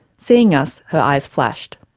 seeing us, her eyes flashed.